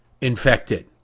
infected